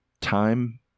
time